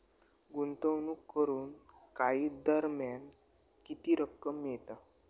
गुंतवणूक करून काही दरम्यान किती रक्कम मिळता?